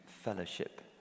fellowship